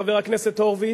חבר הכנסת הורוביץ,